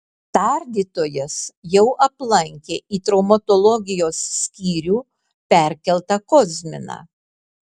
tardytojas jau aplankė į traumatologijos skyrių perkeltą kozminą